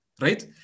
Right